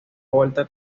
volta